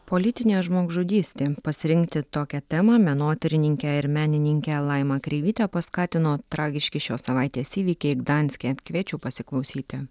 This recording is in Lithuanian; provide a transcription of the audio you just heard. politinė žmogžudystė pasirinkti tokią temą menotyrininkę ir menininkę laimą kreivytę paskatino tragiški šios savaitės įvykiai gdanske kviečiu pasiklausyti